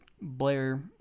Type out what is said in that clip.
blair